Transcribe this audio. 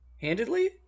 handedly